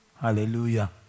Hallelujah